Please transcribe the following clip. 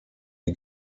die